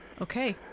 Okay